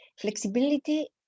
Flexibility